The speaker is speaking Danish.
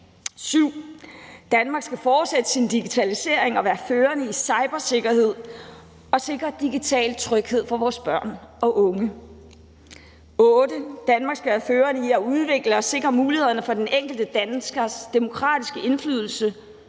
At Danmark skal fortsætte sin digitalisering og være førende i cybersikkerhed og sikre digital tryghed for vores børn og vores unge. Punkt 8: At Danmark skal være førende i at udvikle og sikre mulighederne for den enkelte danskers demokratiske indflydelse